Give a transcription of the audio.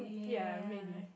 ya maybe